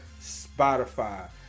Spotify